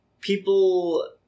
people